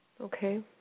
Okay